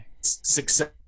success